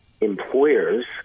employers